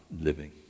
living